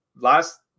last